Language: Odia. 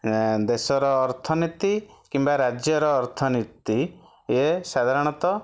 ଦେଶର ଅର୍ଥନୀତି କିମ୍ବା ରାଜ୍ୟର ଅର୍ଥନୀତି ଏ ସାଧାରଣତଃ